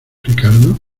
ricardo